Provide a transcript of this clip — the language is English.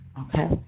okay